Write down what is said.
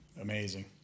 amazing